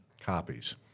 copies